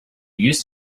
used